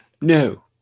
no